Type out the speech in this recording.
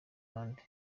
abandi